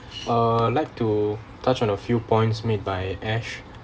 uh like to touch on a few points made by ash